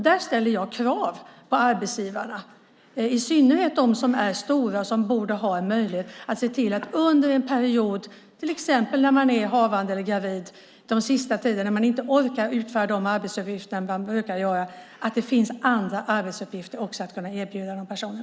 Där ställer jag krav på arbetsgivarna, i synnerhet de som är stora och borde ha möjlighet att se till att det under en period, till exempel under den sista tiden när man är gravid och inte orkar utföra de arbetsuppgifter man brukar göra, finns andra arbetsuppgifter att erbjuda dessa personer.